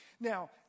Now